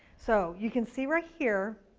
so you can see right here,